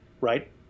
right